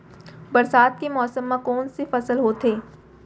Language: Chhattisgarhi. बरसात के मौसम मा कोन से फसल बोथे?